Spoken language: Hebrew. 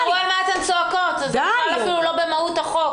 תראו על מה אתן צועקות, זה אפילו לא במהות החוק.